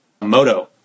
Moto